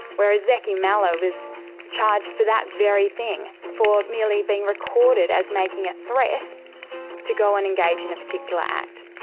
whereas zeky mallah was charged for that very thing, for merely being recorded as making a threat to go and engage in a particular act.